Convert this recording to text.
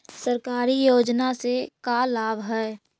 सरकारी योजना से का लाभ है?